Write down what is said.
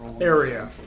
area